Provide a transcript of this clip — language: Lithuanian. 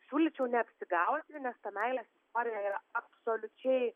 siūlyčiau neapsigauti nes ta meilės istorija yra absoliučiai